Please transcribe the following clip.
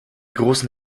großen